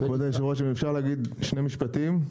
כבוד היו"ר אם אפשר להגיד שני משפטים?